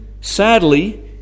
Sadly